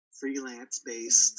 freelance-based